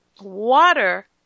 Water